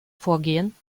vorgehen